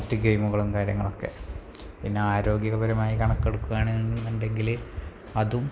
മറ്റ് ഗെയ്മുകളും കാര്യങ്ങളുമൊക്കെ പിന്നെ ആരോഗ്യപരമായ കണക്കെടുകയാണെന്നുണ്ടെങ്കില് അതും